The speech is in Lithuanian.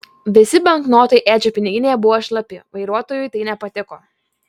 visi banknotai edžio piniginėje buvo šlapi vairuotojui tai nepatiko